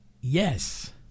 yes